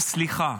סליחה